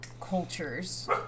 cultures